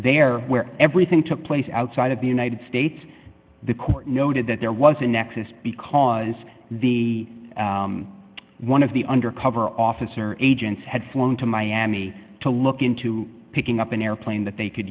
there where everything took place outside of the united states the court noted that there was a nexus because the one of the undercover officer agents had flown to miami to look into picking up an airplane that they could